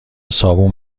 صابون